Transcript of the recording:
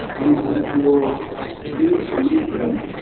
and it was very amazing,